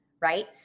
right